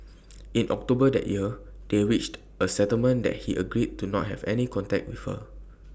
in October that year they reached A settlement that he agreed not to have any contact with her